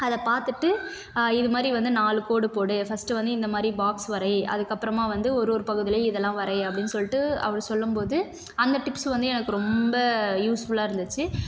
அதை பார்த்துட்டு இதுமாதிரி வந்து நாலு கோடு போடு ஃபஸ்ட்டு வந்து இந்தமாதிரி பாக்ஸ் வரை அதுக்கப்பறமா வந்து ஒரு ஒரு பகுதிலையும் இதெல்லாம் வரை அப்படின்னு சொல்லிட்டு அவர் சொல்லும்போது அந்த டிப்ஸ் வந்து எனக்கு ரொம்ப யூஸ் ஃபுல்லாக இருந்துச்சு